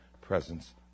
presence